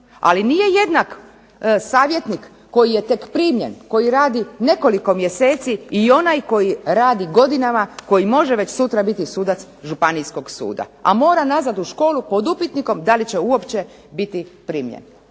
Ali nije jednak savjetnik koji je tek primljen, koji radi nekoliko mjeseci i onaj koji radi godinama, koji može već sutra biti sudac Županijskog suda, a mora nazad u školu pod upitnikom da li će uopće biti primljen.